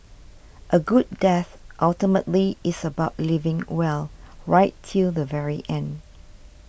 a good death ultimately is about living well right till the very end